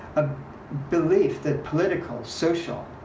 a belief that political, social,